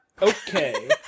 Okay